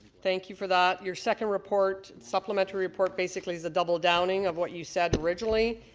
thank you for that. your second report supplementary report basically is a double downing of what you said originally.